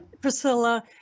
Priscilla